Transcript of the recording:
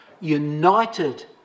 United